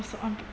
to unpr~